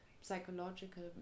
psychological